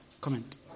Comment